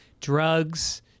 Drugs